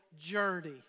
journey